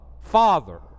father